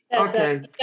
Okay